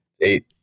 eight